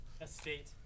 Estate